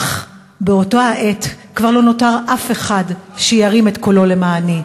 אך באותה עת כבר לא נותר אף אחד שירים את קולו למעני.